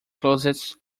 closest